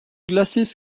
glasses